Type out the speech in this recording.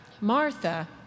Martha